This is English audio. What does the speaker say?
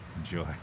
Enjoy